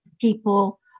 people